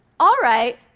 alright,